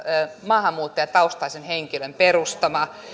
maahanmuuttajataustaisen henkilön perustama